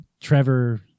Trevor